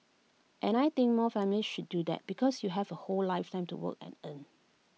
and I think more families should do that because you have A whole lifetime to work and earn